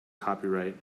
copyright